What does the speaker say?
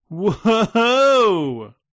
Whoa